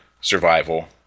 survival